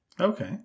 Okay